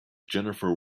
jennifer